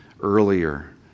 earlier